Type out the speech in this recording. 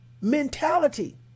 mentality